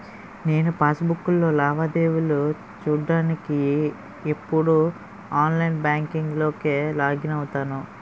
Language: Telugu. నేను పాస్ బుక్కులో లావాదేవీలు చూడ్డానికి ఎప్పుడూ ఆన్లైన్ బాంకింక్ లోకే లాగిన్ అవుతాను